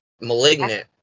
Malignant